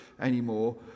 anymore